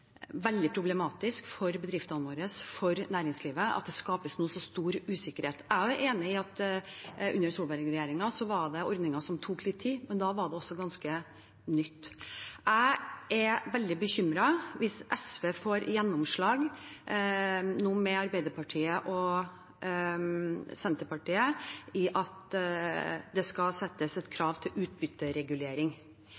enig i at det var ordninger som tok litt tid under Solberg-regjeringen, men da var det også ganske nytt. Jeg er veldig bekymret hvis SV med Arbeiderpartiet og Senterpartiet nå får gjennomslag for at det skal settes et